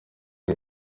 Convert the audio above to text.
ngo